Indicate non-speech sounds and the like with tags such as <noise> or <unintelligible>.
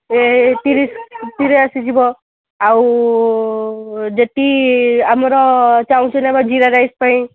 ଏ ତିରିଶ <unintelligible> ଆସିଯିବ ଆଉ ଯେତିକି ଆମର <unintelligible> ରହିବ ଜିରା ରାଇସ୍ ପାଇଁ